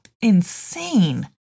insane